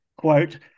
quote